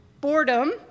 boredom